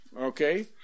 okay